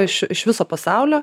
iš iš viso pasaulio